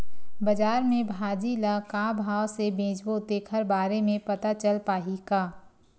बजार में भाजी ल का भाव से बेचबो तेखर बारे में पता चल पाही का?